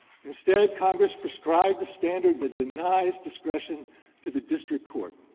instead, congress prescribed the standard that denies discretion to the district court.